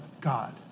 God